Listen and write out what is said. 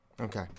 Okay